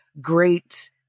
great